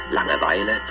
Langeweile